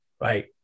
Right